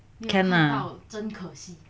can lah